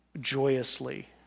joyously